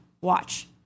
Watch